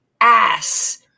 ass